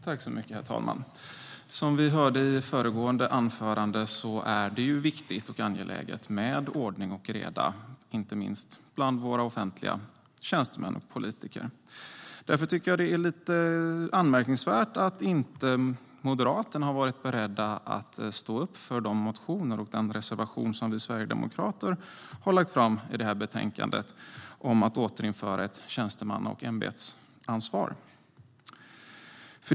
Herr talman! Som vi hörde i föregående anförande är det viktigt och angeläget med ordning och reda, inte minst bland våra offentliga tjänstemän och bland våra politiker. Därför tycker jag att det är lite anmärkningsvärt att Moderaterna inte har varit beredda att stå upp för våra motioner om och den reservation som vi sverigedemokrater har i betänkandet om att återinföra ett tjänstemanna och ämbetsansvar.